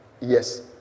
yes